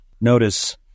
Notice